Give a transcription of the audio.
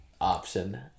option